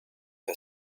her